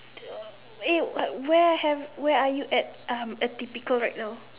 eh where have where are you at um atypical right now